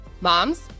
moms